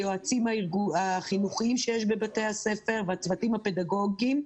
היועצים החינוכיים שיש בבתי הספר והצוותים הפדגוגיים.